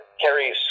Carrie's